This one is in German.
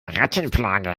rattenplage